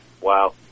wow